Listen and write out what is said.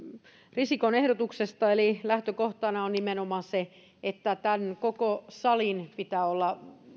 risikon ehdotuksesta eli lähtökohtana on nimenomaan se että tämän koko salin pitää olla